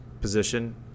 position